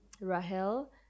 Rahel